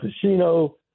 Casino